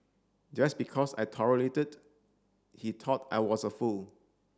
just because I tolerated he thought I was a fool